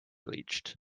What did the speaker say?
bleached